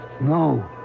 No